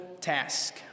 task